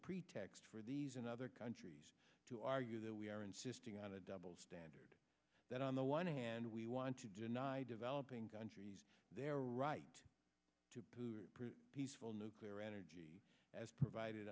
pretext for these and other countries to argue that we are insisting on a double standard that on the one hand we want to deny developing countries their right to peaceful nuclear energy as provided